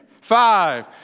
five